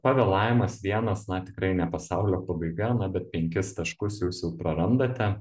pavėlavimas vienas na tikrai ne pasaulio pabaiga bet penkis taškus jūs jau prarandate